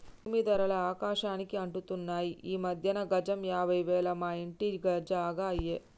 భూమీ ధరలు ఆకాశానికి అంటుతున్నాయి ఈ మధ్యన గజం యాభై వేలు మా ఇంటి జాగా అయ్యే